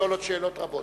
לשאול עוד שאלות רבות.